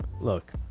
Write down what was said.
look